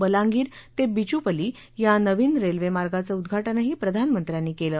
बलांगिर ते बिचुपली या नवीन रेल्वेमार्गाचं उद्घाटनही प्रधानमंत्र्यांनी केलं